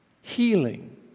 healing